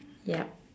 yup